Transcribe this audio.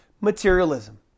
materialism